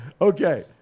Okay